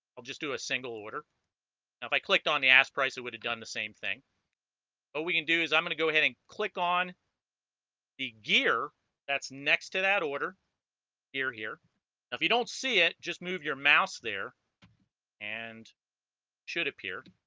i'll just do a single order now and if i clicked on the ass price it would have done the same thing what we can do is i'm gonna go ahead and click on the gear that's next to that order here here if you don't see it just move your mouse there and should appear